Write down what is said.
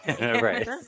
Right